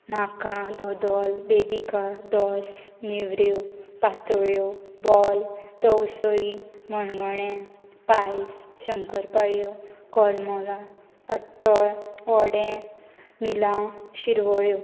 म्हाका धोदोल बेबिका दोस नेवऱ्यो पातोळ्यो बॉल तवसळी मणगणें पायस शंकरपाळयो कोरमोलां खट्टर वडे मिलां शिरवळ्यो